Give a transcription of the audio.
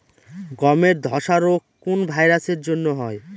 গমের ধসা রোগ কোন ভাইরাস এর জন্য হয়?